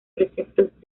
preceptos